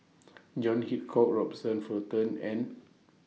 John Hitchcock Robert Fullerton and